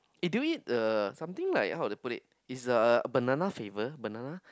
eh do you eat the something like how to put it's the banana flavour banana